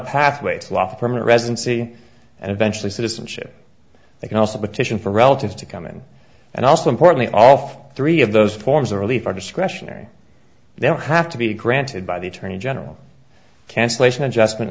to loft permanent residency and eventually citizenship they can also petition for relatives to come in and also importantly all three of those forms of relief are discretionary they don't have to be granted by the attorney general cancellation adjustment